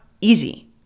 easy